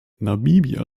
namibia